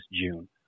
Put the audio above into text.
June